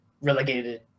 relegated